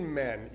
men